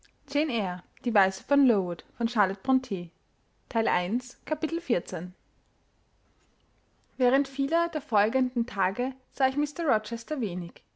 während vieler der folgenden tage sah ich mr rochester wenig